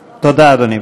תודה, אדוני.